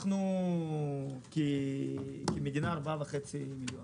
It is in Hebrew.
אנחנו 4.5 מיליון.